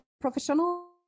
professional